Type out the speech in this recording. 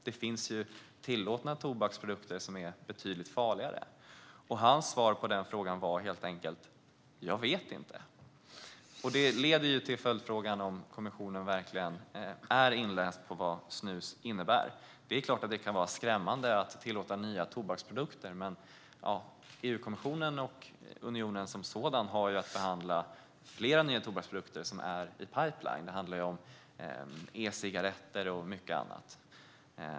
Det finns ju tillåtna tobaksprodukter som är betydligt farligare. Hans svar på den frågan var helt enkelt: Jag vet inte. Detta leder till följdfrågan om kommissionen verkligen är inläst på vad snus innebär. Det är klart att det kan vara skrämmande att tillåta nya tobaksprodukter, men EU-kommissionen och unionen som sådan har ju att behandla flera nya tobaksprodukter som är i pipeline. Det handlar om e-cigaretter och mycket annat.